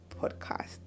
podcast